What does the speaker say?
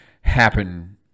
happen